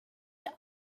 the